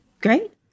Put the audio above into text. great